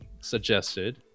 suggested